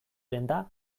denda